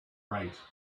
right